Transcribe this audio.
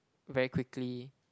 very quickly